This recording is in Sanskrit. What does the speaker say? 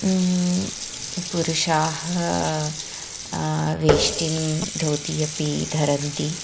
पुरुषाः वेष्टिं धोति अपि धरन्ति